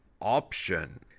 option